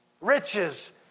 Riches